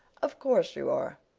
of course you are.